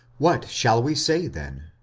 what shall we say then?